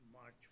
March